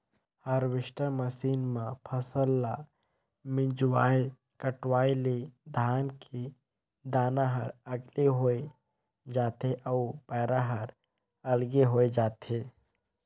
harvester machine म फसल ल मिंजवाय कटवाय ले धान के दाना हर अलगे होय जाथे अउ पैरा हर अलगे होय जाथे